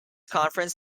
conference